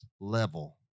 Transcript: level